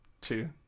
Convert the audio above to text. two